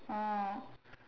oh